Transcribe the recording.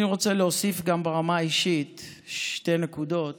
אני רוצה להוסיף גם ברמה האישית שתי נקודות,